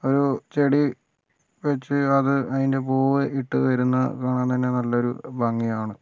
ഒരു ചെടി വെച്ച് അത് അതിൻ്റെ പൂവ് ഇട്ടുതരുന്നത് കാണാൻ തന്നെ നല്ലൊരു ഭംഗി ആണ്